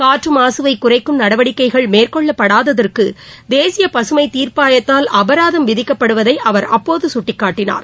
காற்றுமாகவை குறைக்கும் நடவடிக்கைகள் மேற்கொள்ளப்படாததற்கு தேசிய பசுமை தீர்ப்பாயத்தால் அபராதம் விதிக்கப்படுவதை அவர் அப்போது சுட்டிக்காட்டினார்